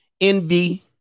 envy